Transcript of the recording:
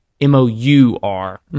M-O-U-R